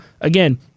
Again